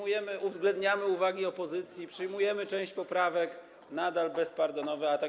Uwzględniamy uwagi opozycji, przyjmujemy część poprawek, nadal bezpardonowy atak.